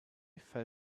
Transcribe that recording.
fell